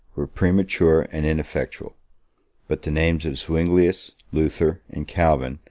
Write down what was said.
were premature and ineffectual but the names of zuinglius, luther, and calvin,